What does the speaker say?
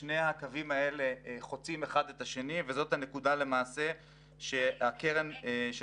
שני הקווים האלה חוצים אחד את השני וזאת הנקודה למעשה שהקרן של